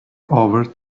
over